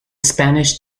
spanish